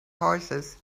horses